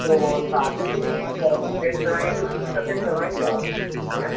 तो शादी में को पेंट कराएँगे किस चीज का पेंट करवाएँगे आप भईया